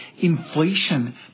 Inflation